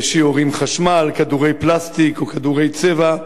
שיורים חשמל, כדורי פלסטיק או כדורי צבע,